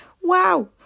Wow